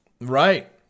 Right